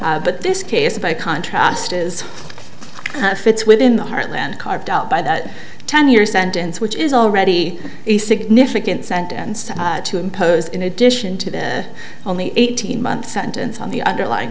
four but this case by contrast is fits within the heartland carved out by that ten year sentence which is already a significant sentenced to impose in addition to the only eighteen month sentence on the underlying